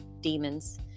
demons